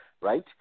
right